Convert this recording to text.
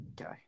Okay